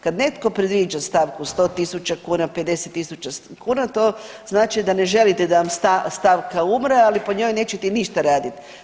Kad netko predviđa stavku 100.000 kuna, 50.000 kuna to znači da ne želite da vam stavka umre ali po njoj nećete ništa raditi.